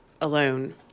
alone